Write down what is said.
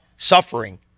suffering